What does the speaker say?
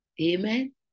Amen